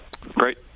Great